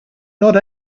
not